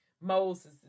Moses